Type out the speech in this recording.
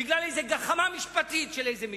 בגלל איזו גחמה משפטית של איזה מישהו?